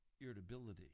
irritability